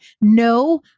no